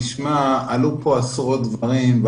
עלו פה עשרות דברים.